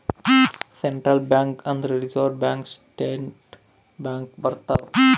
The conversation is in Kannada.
ಸೆಂಟ್ರಲ್ ಬ್ಯಾಂಕ್ ಅಂದ್ರ ರಿಸರ್ವ್ ಬ್ಯಾಂಕ್ ಸ್ಟೇಟ್ ಬ್ಯಾಂಕ್ ಬರ್ತವ